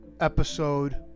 episode